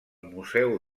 museu